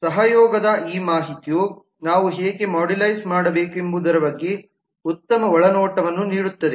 ಸಹಯೋಗದ ಈ ಮಾಹಿತಿಯು ನಾವು ಹೇಗೆ ಮಾಡ್ಯುಲೈಸ್ ಮಾಡಬೇಕೆಂಬುದರ ಬಗ್ಗೆ ಉತ್ತಮ ಒಳನೋಟವನ್ನು ನೀಡುತ್ತದೆ